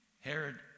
Herod